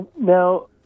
Now